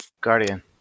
Guardian